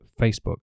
Facebook